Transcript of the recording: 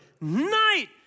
night